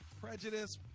prejudice